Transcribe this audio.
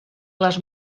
les